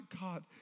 God